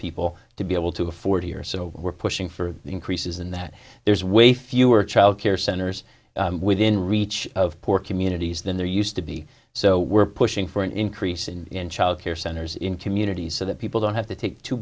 people to be able to afford here so we're pushing for increases in that there's way fewer child care centers within reach of poor communities than there used to be so we're pushing for an increase in child care centers in communities so that people don't have to take two